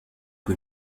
que